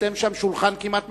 אתם שם שולחן כמעט ממשלה,